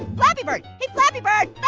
flappy bird? hey, flappy bird,